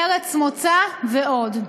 ארץ מוצא ועוד.